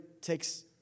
takes